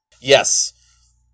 Yes